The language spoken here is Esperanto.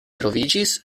troviĝis